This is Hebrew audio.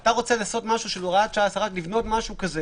אתה רוצה לעשות משהו של הוראת שעה, לבנות משהו כזה